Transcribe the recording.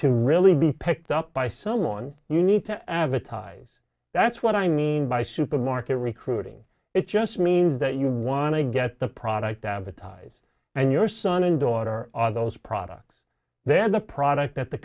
to really be picked up by someone you need to advertise that's what i mean by supermarket recruiting it just means that you want to get the product advertise and your son and daughter are on those products they have the product at the